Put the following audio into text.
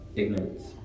ignorance